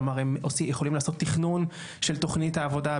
כלומר הם יכולים לעשות תכנון של תוכנית העבודה,